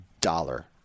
Dollar